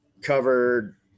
covered